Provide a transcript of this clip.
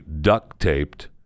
duct-taped